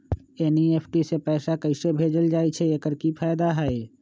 NEFT से पैसा कैसे भेजल जाइछइ? एकर की फायदा हई?